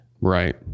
Right